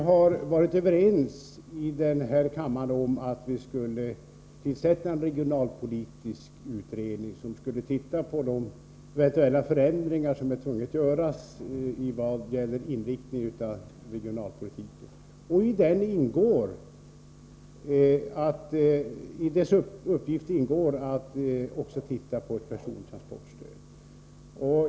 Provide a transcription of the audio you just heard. Herr talman! Vi har här i kammaren varit överens om att tillsätta en regionalpolitisk utredning för att undersöka vilka förändringar som eventuellt måste göras när det gäller inriktningen av regionalpolitiken. I den utredningens uppdrag ingår också att överväga ett persontransportstöd.